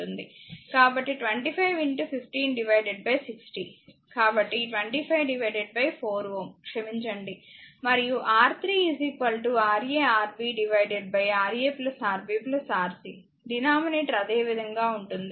కాబట్టి 25 1560 కాబట్టి 25 4 Ω క్షమించండి మరియు R3 Ra Rb Ra Rb Rc denominator అదేవిధంగా ఉంటుంది